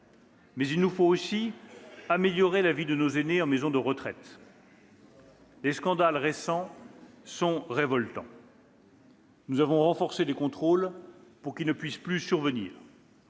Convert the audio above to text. Mais il nous faut aussi améliorer la vie de nos aînés en maison de retraite. Les scandales récents sont révoltants. Nous avons renforcé les contrôles pour qu'ils ne puissent plus survenir.